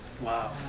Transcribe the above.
Wow